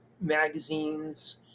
Magazines